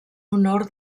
honor